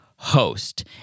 host